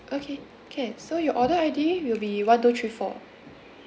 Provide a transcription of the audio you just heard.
okay can so your order I_D will be one two three four